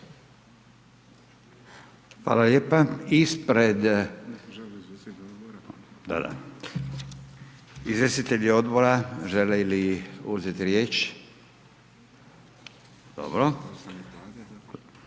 se ne čuje./… Izvjestitelji odbora žele li uzeti riječ? Dobro.